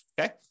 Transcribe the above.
okay